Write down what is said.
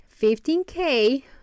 15k